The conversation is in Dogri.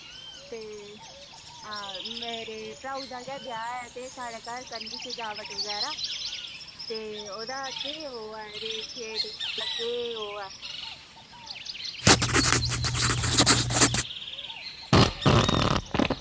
आं मेरे भ्राऊ दा गै ब्याह् ऐ ते साढ़े घर करनी सजावट बगैरा ते ओह्दा केह् ओह् ऐ रेट मतलब केह् ओह् ऐ